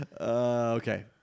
Okay